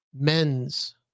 men's